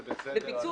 זה בהחלט רעיון.